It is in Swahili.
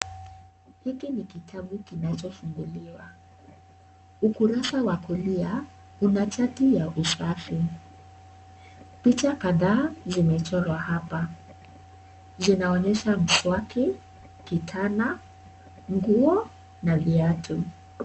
Hiki ni kitabu kinacho funguliwa. Ukurasa wa kulia una chati ya ya usafi. Picha kadhaa zimechorwa hapa. Zinaonyesha mswaki, kitanda nguo na viatu.